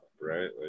right